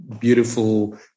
beautiful